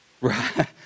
Right